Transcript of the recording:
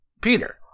Peter